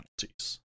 penalties